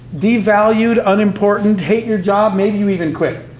devalued, unimportant, hate your job, maybe you even quit.